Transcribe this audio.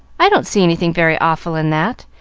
i don't see anything very awful in that.